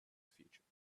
features